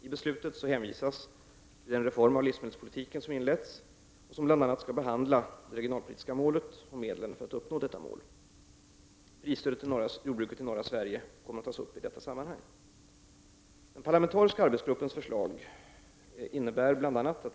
I beslutet hänvisas till den reform av livsmedelspolitiken som inletts och som bl.a. skall behandla det regionalpolitiska målet och medlen för att uppnå detta mål. Prisstödet till jordbruket i norra Sverige kommer att tas upp i detta sammanhang.